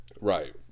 Right